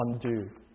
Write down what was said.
undo